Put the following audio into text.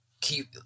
keep